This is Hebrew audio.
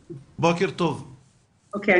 בבקשה.